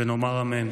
ונאמר אמן.